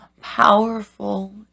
powerful